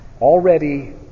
already